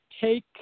take